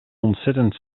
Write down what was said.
ontzettend